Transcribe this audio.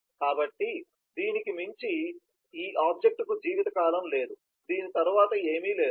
కాబట్టి దీనికి మించి ఈ ఆబ్జెక్ట్ కు జీవితకాలం లేదు దీని తరువాత ఏమీ లేదు